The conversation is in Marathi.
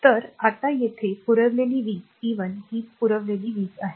तर आता येथे पुरवलेली वीज p 1 ही पुरवलेली वीज आहे